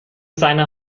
seiner